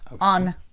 on